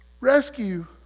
rescue